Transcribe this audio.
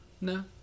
No